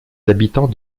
habitants